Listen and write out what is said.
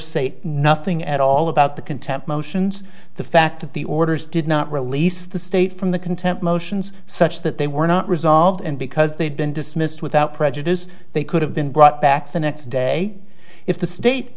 say nothing at all about the contempt motions the fact that the orders did not release the state from the contempt motions such that they were not resolved and because they'd been dismissed without prejudice they could have been brought back the next day if the state